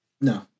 No